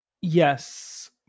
Yes